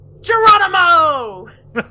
Geronimo